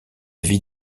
vis